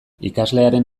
ikaslearen